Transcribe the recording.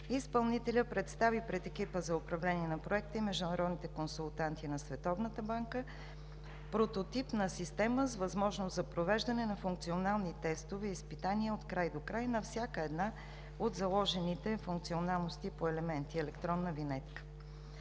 изпълнителят представи пред екипа за управление на проекта и международните консултанти на Световната банка прототип на система с възможност за провеждане на функционални тестове и изпитания от край до край на всяка една от заложените функционалности по елементи електронна винетка.